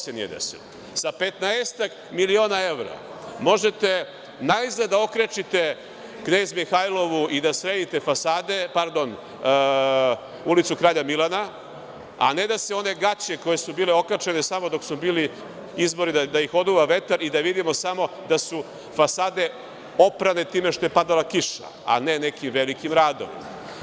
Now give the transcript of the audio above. Sa petnaestak miliona evra možete najzad da okrečite Knez Mihailovu i da sredite fasade, pardon ulicu Kralja Milana a ne da se one gaće, koje su bile okačene, samo dok su bili izbori, da ih oduva vetar i da vidimo samo da su fasade oprane time što je padala kiša a ne nekim velikim radom.